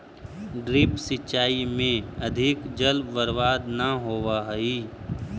drip सिंचाई में अधिक जल बर्बाद न होवऽ हइ